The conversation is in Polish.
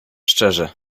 szczerze